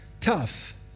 tough